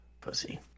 pussy